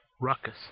ruckus